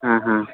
ᱦᱮᱸ ᱦᱮᱸ